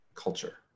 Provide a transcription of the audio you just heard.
culture